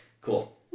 Cool